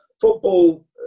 football